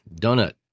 donut